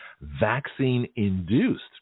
Vaccine-induced